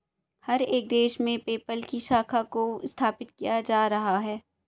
हर एक देश में पेपल की शाखा को स्थापित किया जा रहा है